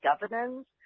governance